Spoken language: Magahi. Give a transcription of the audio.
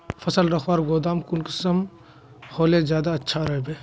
फसल रखवार गोदाम कुंसम होले ज्यादा अच्छा रहिबे?